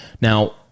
Now